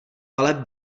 ale